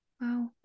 Wow